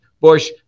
Bush